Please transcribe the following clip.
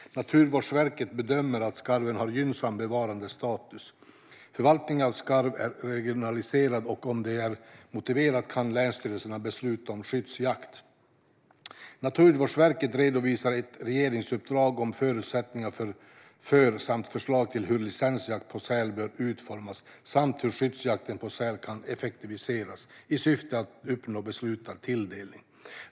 Naturvårdsverket bedömer att skarven har gynnsam bevarandestatus. Förvaltningen av skarv är regionaliserad, och om det är motiverat kan länsstyrelserna besluta om skyddsjakt. Naturvårdsverket redovisade ett regeringsuppdrag om förutsättningarna för samt förslag till hur licensjakt på säl bör utformas och hur skyddsjakten på säl kan effektiviseras i syfte att uppnå beslutad tilldelning.